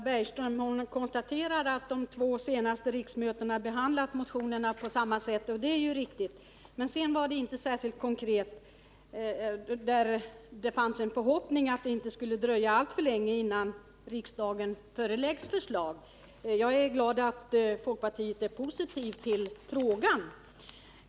Herr talman! Britta Bergström konstaterar att man vid de två senaste riksmötena behandlat motionerna på samma sätt, och det är ju riktigt. Men sedan var hon inte särskilt konkret i det hon sade. Det fanns en förhoppning om att det inte skulle dröja alltför länge innan förslag föreligger i riksdagen. Jag är glad att folkpartiet är positivt inställt till den berörda frågan.